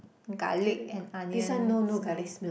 garlic and onion smells